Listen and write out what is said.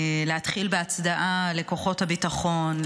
להתחיל בהצדעה לכוחות הביטחון,